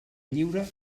lliure